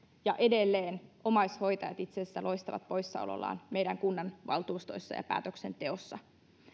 ja edelleen omaishoitajat itse asiassa loistavat poissaolollaan meidän kunnanvaltuustoissa ja päätöksenteossa